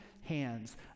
hands